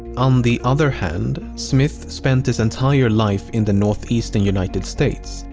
on the other hand, smith spent his entire life in the northeastern united states.